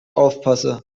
aufpasse